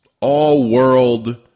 all-world